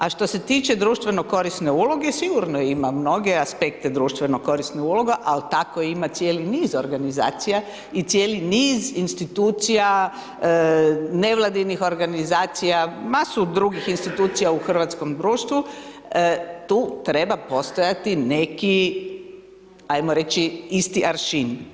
A što se tiče društveno korisne uloge, sigurno ima mnoge aspekte društveno korisnih uloga ali tako ima cijeli niz organizacija i cijeli niz institucija, nevladinih organizacija, masu drugih institucija u hrvatskom društvu, tu treba postojati neki ajmo reći isti aršin.